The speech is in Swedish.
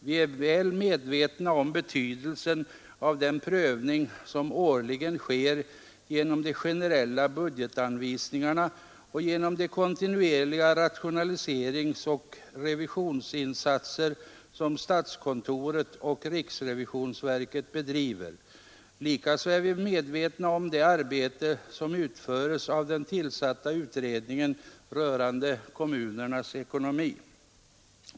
Vi är väl medvetna om betydelsen av den prövning som årligen sker genom de generella budgetanvisningarna och genom de kontinuerliga rationaliseringsoch revisionsinsatser som statskontoret och riksrevisionsverket gör. Likaså är vi medvetna om det arbete som utföres av den tillsatta utredningen rörande kommunernas ekonomi.